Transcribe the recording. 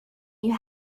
you